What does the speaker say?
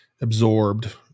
absorbed